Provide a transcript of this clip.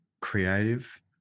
creative